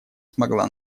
смогла